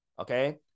Okay